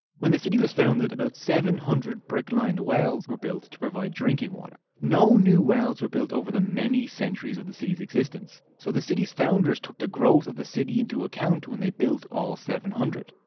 when the city was founded about seven hundred brick-lined wells were built to provide drinking water. no new wells were built over the many centuries of the city's existence. so the city's founders took the growth of the city into account when they built all seven hundred.